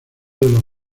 los